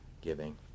giving